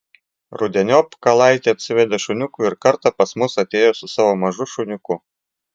rudeniop kalaitė atsivedė šuniukų ir kartą pas mus atėjo su savo mažu šuniuku